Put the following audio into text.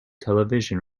television